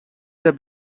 the